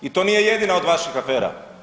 I to nije jedina od vaših afera?